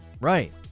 Right